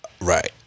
Right